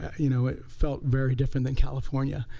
you know it felt very different than california,